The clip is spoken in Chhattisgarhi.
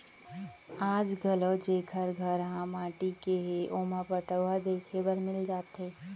आज घलौ जेकर घर ह माटी के हे ओमा पटउहां देखे बर मिल जाथे